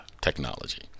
technology